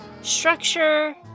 structure